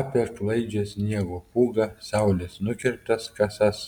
apie klaidžią sniego pūgą saulės nukirptas kasas